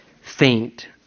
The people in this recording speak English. faint